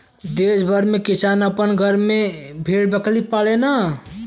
देस भर में किसान अपने घरे में भेड़ बकरी पालला